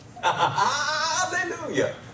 Hallelujah